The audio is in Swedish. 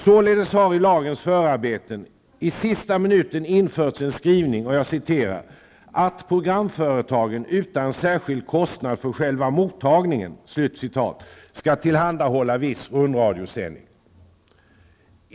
Således har i lagens förarbeten i sista minuten införts en skrivning ''att programföretagen utan särskild kostnad för själva mottagningen'' skall tillhandahålla viss rundradiosändning.